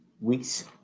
weeks